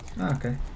Okay